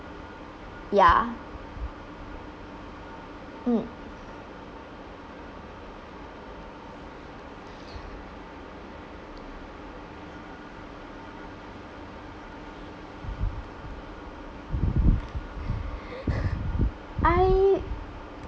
ya mm I